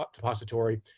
but depository,